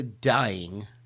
dying